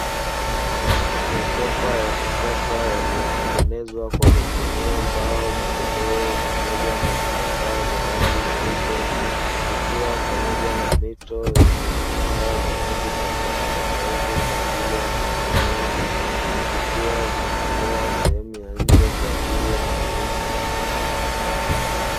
Masofa ya kisasa yaliyotengenezwa kwa kutumia mbao, magodoro pamoja na vitambaa vya rangi nyeupe vikiwa pamoja na mito yenye vitambaa vya rangi tofautitofauti, kwa ajili ya kuegemea vikiwa vimetolewa sehemu ya nje kwa ajili ya kuuzwa.